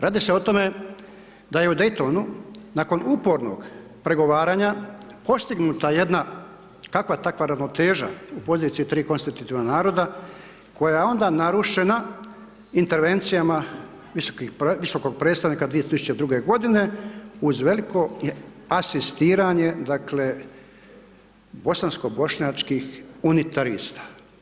Radi se o tome da je u Daytonu nakon upornog pregovaranja postignuta jedna kakva takva ravnoteža u poziciji tri konstitutivna naroda koja je onda narušena intervencijama visokog predstavnika 2002. godine uz veliko asistiranje, dakle bosansko bošnjačkih unitarista.